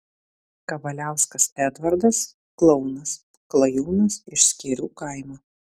kavaliauskas edvardas klounas klajūnas iš skėrių kaimo